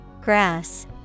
Grass